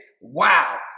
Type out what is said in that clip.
wow